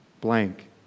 Blank